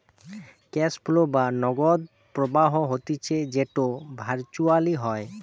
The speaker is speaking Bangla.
ক্যাশ ফ্লো বা নগদ প্রবাহ হতিছে যেটো ভার্চুয়ালি হয়